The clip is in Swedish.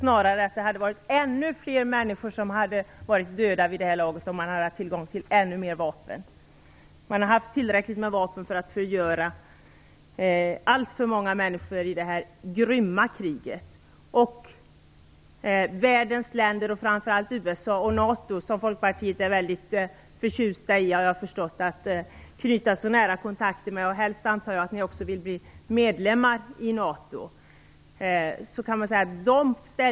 Snarare tror jag att ännu fler människor skulle ha varit döda vid det här laget om man hade haft tillgång till fler vapen. Man har haft tillräckligt med vapen för att förgöra alltför många människor i detta grymma krig. Världens länder ställde inte upp. Det gäller framför allt USA och även NATO, som jag har förstått att man i Folkpartiet är väldigt förtjust i och vill knyta nära kontakter med. Jag antar att Folkpartiet också helst vill att Sverige blir medlem i NATO.